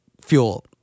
fuel